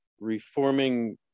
reforming